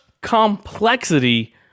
complexity